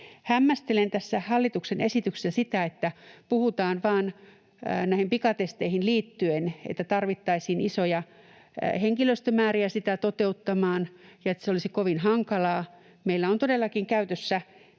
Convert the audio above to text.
Hämmästelen tässä hallituksen esityksessä sitä, että puhutaan vain näihin pikatesteihin liittyen, että tarvittaisiin isoja henkilöstömääriä sitä toteuttamaan ja että se olisi kovin hankalaa. Meillä on todellakin käytössä